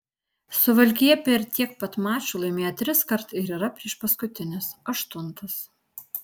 suvalkija per tiek pat mačų laimėjo triskart ir yra priešpaskutinis aštuntas